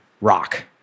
rock